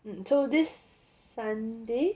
mm so this sunday